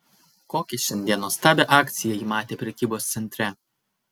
kokią šiandien nuostabią akciją ji matė prekybos centre